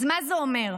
אז מה זה אומר?